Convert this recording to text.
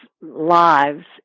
lives